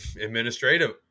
administrative